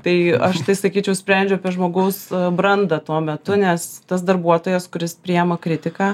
tai aš tai sakyčiau sprendžiu apie žmogaus brandą tuo metu nes tas darbuotojas kuris priima kritiką